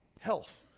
health